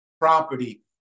property